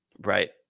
Right